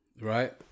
right